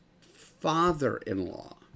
father-in-law